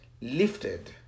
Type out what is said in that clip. lifted